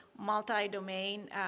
multi-domain